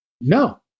no